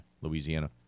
Louisiana